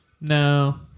no